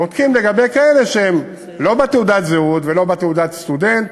בודקים לגבי כאלה שזה לא רשום בתעודת זהות ולא בתעודת סטודנט.